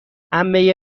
عمه